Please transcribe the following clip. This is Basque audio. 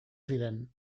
ziren